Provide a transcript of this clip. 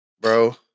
bro